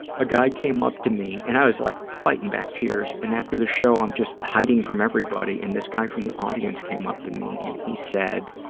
a guy came up to me, and i was like fighting back tears, and after the show i'm just hiding from everybody, and this guy from the audience came up to me and he said,